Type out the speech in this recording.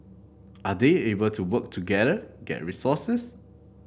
are they able to work together get resources